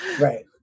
Right